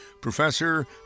professor